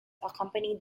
accompanied